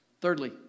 Thirdly